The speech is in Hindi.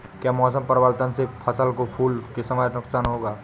क्या मौसम परिवर्तन से फसल को फूल के समय नुकसान होगा?